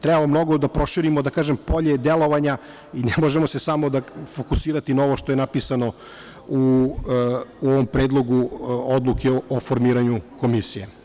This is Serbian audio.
treba mnogo da proširimo polje delovanja, ne možemo se samo fokusirati na ovo što je napisano u ovom Predlogu odluke o formiranju komisije.